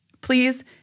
Please